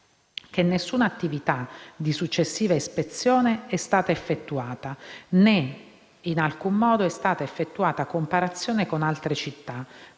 che «nessuna attività di successiva ispezione è stata effettuata né in alcun modo è stata effettuata comparazione con altre città